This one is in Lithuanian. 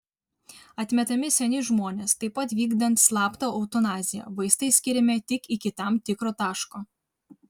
atmetami seni žmonės taip pat vykdant slaptą eutanaziją vaistai skiriami tik iki tam tikro taško